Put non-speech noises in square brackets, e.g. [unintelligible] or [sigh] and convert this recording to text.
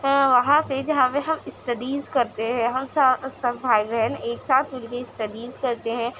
وہاں پہ جہاں پہ ہم اسٹدیز کرتے ہیں ہم سا سب بھائی بہن ایک ساتھ [unintelligible] اسٹدیز کرتے ہیں